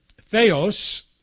Theos